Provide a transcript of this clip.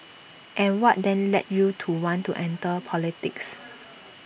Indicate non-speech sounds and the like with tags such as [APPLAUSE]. [NOISE] and what then led you to want to enter politics